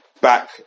back